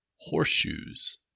Horseshoes